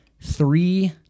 Three